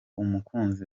umukunzi